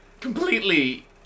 completely